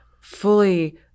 fully